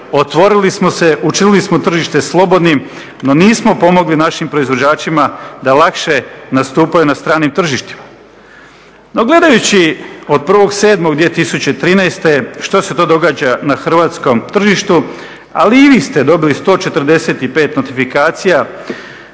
otvorili smo se, učinili smo tržište slobodnim, no nismo pomogli našim proizvođačima da lakše nastupaju na stranim tržištima. No gledajući od 01.07.2013. što se to događa na hrvatskom tržištu, ali i vi ste dobili 145 notifikacija